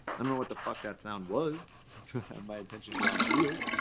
i don't know what the fuck that sound was to have my attention drawn to it.